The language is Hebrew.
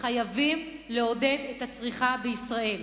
חייבים לעודד את הצריכה בישראל.